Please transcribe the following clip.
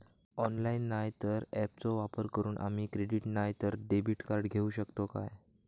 Online नाय तर ऍपचो वापर करून आम्ही क्रेडिट नाय तर डेबिट कार्ड घेऊ शकतो का?